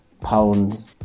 pounds